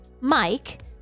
Mike